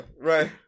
right